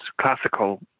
classical